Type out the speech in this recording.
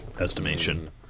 estimation